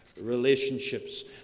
relationships